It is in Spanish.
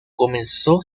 comenzó